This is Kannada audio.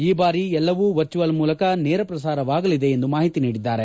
ಈ ಬಾರಿ ಎಲ್ಲವೂ ವರ್ಚುವಲ್ ಮೂಲಕ ನೇರಪ್ರಸಾರ ಆಗಲಿದೆ ಎಂದು ತಿಳಿಸಿದ್ದಾರೆ